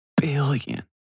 billion